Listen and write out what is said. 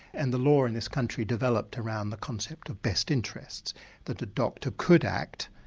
and the law in this country developed around the concept of best interests that a doctor could act,